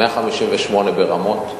158 ברמות,